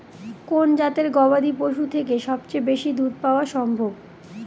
কোন জাতের গবাদী পশু থেকে সবচেয়ে বেশি দুধ পাওয়া সম্ভব?